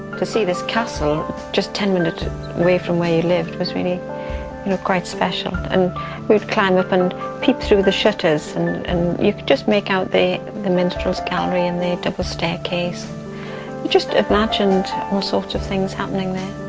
to see this castle just ten minutes away from where you lived was really you know quite special, and we'd climb up and peep through the shutters and and you could just make out the minstrel's gallery and the double staircase. you just imagined all sorts of things happening there.